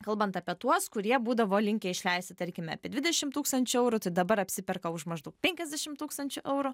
kalbant apie tuos kurie būdavo linkę išleisti tarkime apie dvidešim tūkstančių eurų tai dabar apsiperka už maždaug penkiasdešim tūkstančių eurų